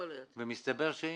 ומסתבר שהנה,